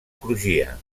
crugia